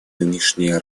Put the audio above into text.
нынешние